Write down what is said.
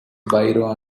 biro